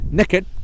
naked